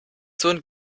sohn